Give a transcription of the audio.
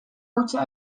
hutsa